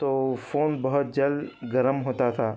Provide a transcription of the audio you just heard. تو فون بہت جلد گرم ہوتا تھا